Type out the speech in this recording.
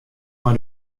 mei